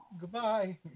Goodbye